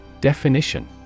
Definition